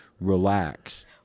relax